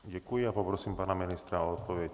Děkuji a poprosím pana ministra odpověď.